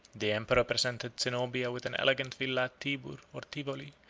the emperor presented zenobia with an elegant villa at tibur, or tivoli,